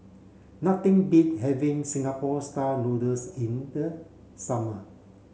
nothing beat having Singapore style noodles in the summer